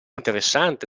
interessante